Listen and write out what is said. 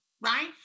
right